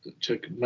took